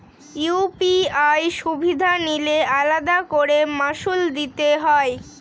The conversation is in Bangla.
ইউ.পি.আই সুবিধা নিলে আলাদা করে মাসুল দিতে হয়?